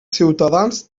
ciutadans